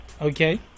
Okay